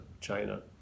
China